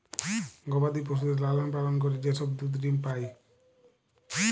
গবাদি পশুদের লালন পালন করে যে সব দুধ ডিম্ পাই